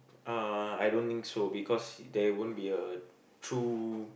uh I don't think so because there won't be a true